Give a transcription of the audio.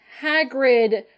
Hagrid